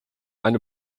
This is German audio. eine